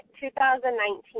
2019